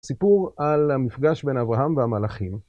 סיפור על המפגש בין אברהם והמלאכים.